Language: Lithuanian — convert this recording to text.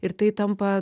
ir tai tampa